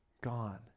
Gone